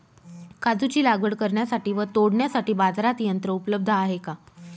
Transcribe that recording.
काजूची लागवड करण्यासाठी व तोडण्यासाठी बाजारात यंत्र उपलब्ध आहे का?